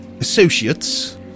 associates